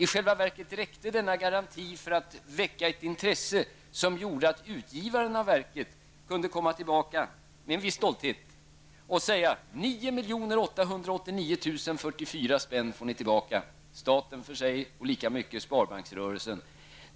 I själva verket räckte denna garanti för att väcka ett intresse som gjorde att utgivaren av verket med en viss stolthet kunde komma tillbaka och säga: 9 889 044 spänn får staten tillbaka och lika mycket får sparbanksrörelsen,